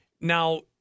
Now